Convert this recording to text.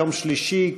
יום שלישי,